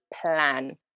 plan